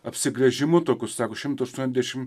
apsigręžimu tokius sako šimtu aštuoniasdešimt